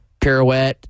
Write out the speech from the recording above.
pirouette